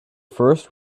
first